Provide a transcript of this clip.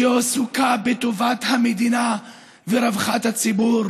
שעסוקה בטובת המדינה ורווחת המדינה,